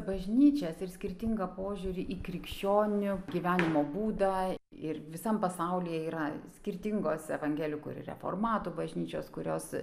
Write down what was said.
bažnyčias ir skirtingą požiūrį į krikščionių gyvenimo būdą ir visam pasaulyje yra skirtingos evangelikų ir reformatų bažnyčios kurios